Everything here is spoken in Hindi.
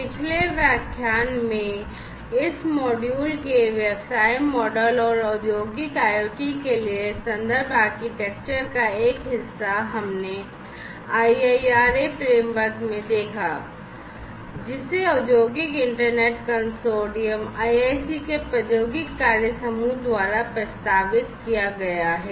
पिछले व्याख्यान में इस मॉड्यूल के व्यवसाय मॉडल और औद्योगिक IoT के लिए संदर्भ आर्किटेक्चर का एक हिस्सा हमने IIRA फ्रेमवर्क में देखा जिसे औद्योगिक इंटरनेट कंसोर्टियम IIC के प्रौद्योगिकी कार्य समूह द्वारा प्रस्तावित किया गया है